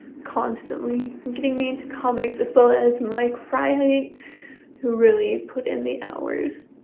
constantly getting me into comics. as well as mike freiheit who really put in the hours,